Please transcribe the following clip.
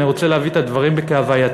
אני רוצה להביא את הדברים כהווייתם,